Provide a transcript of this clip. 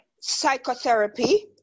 psychotherapy